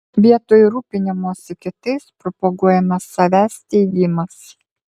vietoj rūpinimosi kitais propaguojamas savęs teigimas